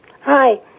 Hi